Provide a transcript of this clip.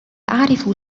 أعرف